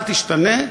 אל תשתנה,